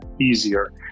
easier